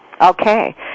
Okay